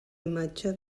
imatge